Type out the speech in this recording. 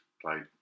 played